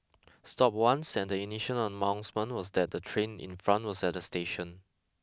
stopped once and the initial announcement was that the train in front was at the station